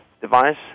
device